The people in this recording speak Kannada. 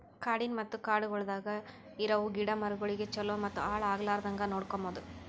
ಕಾಡಿನ ಮತ್ತ ಕಾಡಗೊಳ್ದಾಗ್ ಇರವು ಗಿಡ ಮರಗೊಳಿಗ್ ಛಲೋ ಮತ್ತ ಹಾಳ ಆಗ್ಲಾರ್ದಂಗ್ ನೋಡ್ಕೋಮದ್